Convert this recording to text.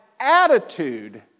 attitude